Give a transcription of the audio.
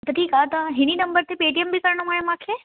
त ठीकु आहे त हिन ई नंबर ते पेटीएम बि करिणो आहे मूंखे